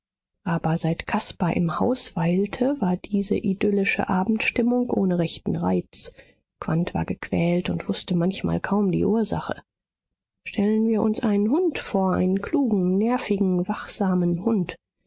aber seit caspar im haus weilte war diese idyllische abendstimmung ohne rechten reiz quandt war gequält und wußte manchmal kaum die ursache stellen wir uns einen hund vor einen klugen nervigen wachsamen hund